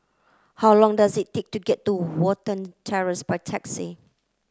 how long does it take to get to Watten Terrace by taxi